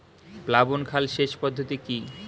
প্লাবন খাল সেচ পদ্ধতি কি?